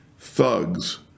thugs